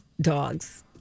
dogs